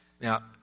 Now